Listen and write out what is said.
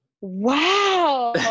wow